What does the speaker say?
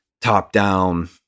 top-down